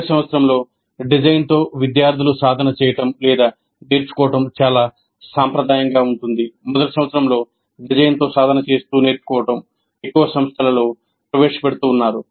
చివరి సంవత్సరంలో డిజైన్తో విద్యార్థులు సాధన చేయటం లేదానేర్చుకోవడం చాలా సాంప్రదాయంగా ఉంటుంది మొదటి సంవత్సరంలో డిజైన్తో సాధన చేస్తూ నేర్చుకోవడం ఎక్కువ సంస్థలలో ప్రవేశపెడుతూ ఉన్నారు